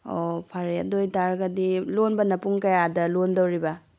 ꯑꯣ ꯐꯔꯦ ꯑꯗꯨ ꯑꯣꯏꯇꯥꯔꯒꯗꯤ ꯂꯣꯟꯕꯅ ꯄꯨꯡ ꯀꯌꯥꯗ ꯂꯣꯟꯗꯧꯔꯤꯕ